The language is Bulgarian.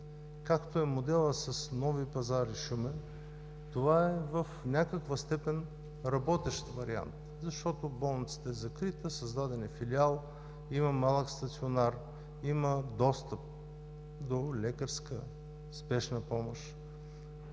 както е моделът с Нови пазар и Шумен, това е в някаква степен работещ вариант, защото болницата е закрита, създаден е филиал, има малък стационар, има достъп до лекарска спешна помощ.